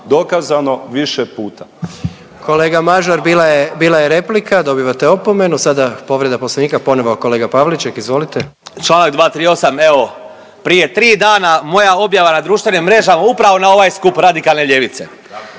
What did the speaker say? Gordan (HDZ)** Kolega Mažar bila je replika dobivate opomenu. Sada povreda poslovnika ponovo kolega Pavliček, izvolite. **Pavliček, Marijan (Hrvatski suverenisti)** Čl. 238., evo prije tri dana moja objava na društvenim mrežama upravo na ovaj skup radikalne ljevice.